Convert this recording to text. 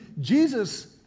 Jesus